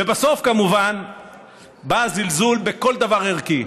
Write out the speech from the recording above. ובסוף כמובן בא הזלזול בכל דבר ערכי,